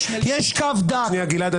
יש קו דק --- שניה גלעד,